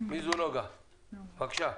נגה רץ וקרט, בבקשה.